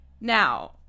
Now